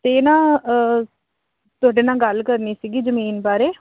ਅਤੇ ਨਾ ਤੁਹਾਡੇ ਨਾਲ ਗੱਲ ਕਰਨੀ ਸੀਗੀ ਜ਼ਮੀਨ ਬਾਰੇ